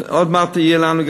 עוד מעט יהיה לנו,